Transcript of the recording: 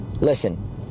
Listen